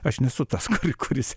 aš nesu tas kuris